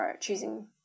choosing